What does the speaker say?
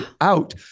out